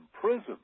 prison